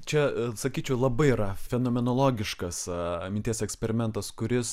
čia sakyčiau labai yra fenomenologiškas minties eksperimentas kuris